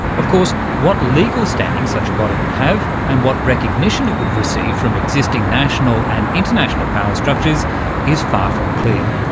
of course, what legal standing such a body would have and what recognition it would receive from existing national and international power structures is far from clear.